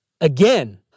Again